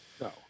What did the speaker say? No